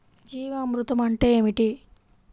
జీవామృతం అంటే ఏమిటి?